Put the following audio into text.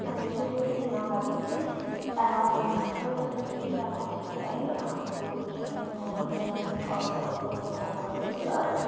मैले चाहिँ केही दिन अगाडि चाहिँ एमाजोनमा चाहिँ एउटा बुक हेरिरहेको थिएँ है अनि त्यो बुक चाहिँ अब इन्टर्नेसनल अथरको कोलन होभरको थियो